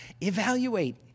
Evaluate